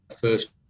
first